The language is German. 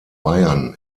bayern